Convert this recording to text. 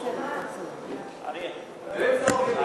בבקשה.